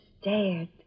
stared